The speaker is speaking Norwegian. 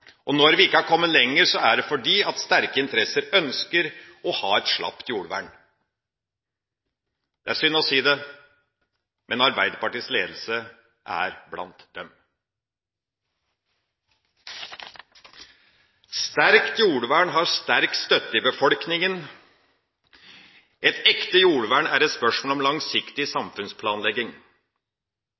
Og når vi ikke har kommet lenger, er det fordi sterke interesser ønsker å ha et slapt jordvern. Det er synd å si det, men Arbeiderpartiets ledelse er blant dem. Sterkt jordvern har sterk støtte i befolkningen. Et ekte jordvern er et spørsmål om langsiktig samfunnsplanlegging.